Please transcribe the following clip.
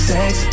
Sex